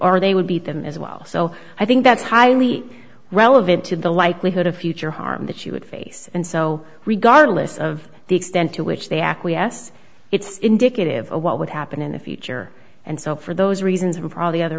or they would beat them as well so i think that's highly relevant to the likelihood of future harm that she would face and so regardless of the extent to which they acquiesce it's indicative of what would happen in the future and so for those reasons were probably other